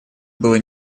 было